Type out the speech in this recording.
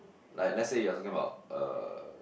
like let's say you are talking about uh